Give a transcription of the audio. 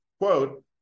quote